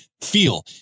feel